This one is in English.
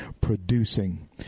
producing